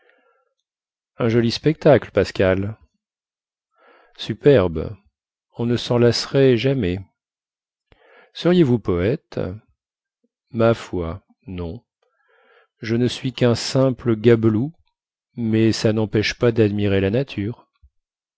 un joli spectacle pascal superbe on ne sen lasserait jamais seriez-vous poète ma foi non je ne suis quun simple gabelou mais ça nempêche pas dadmirer la nature